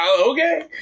Okay